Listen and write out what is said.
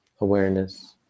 awareness